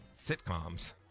sitcoms